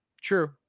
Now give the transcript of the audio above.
True